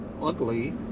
ugly